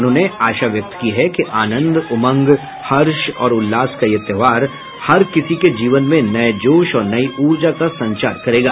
उन्होंने आशा व्यक्त की है कि आनंद उमंग हर्ष और उल्लास का यह त्योहार हर किसी के जीवन में नए जोश और नई ऊर्जा का संचार करेगा